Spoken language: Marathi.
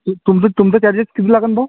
तुमचे तुमचे चार्जेस किती लागेल भाऊ